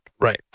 Right